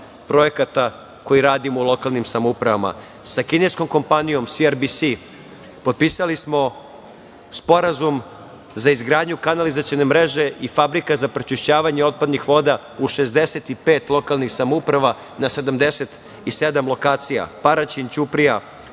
projekata koji radimo u lokalnim samoupravama. Sa kineskom kompanijom SRBS potpisali smo Sporazum za izgradnju kanalizacione mreže i fabrika za prečišćavanje otpadnih voda u 65 lokalnih samouprava na 77 lokacija: Paraćin, Ćuprija,